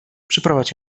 przyprowadź